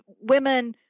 women –